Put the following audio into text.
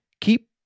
keep